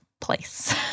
place